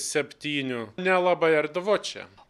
septynių nelabai erdvu čia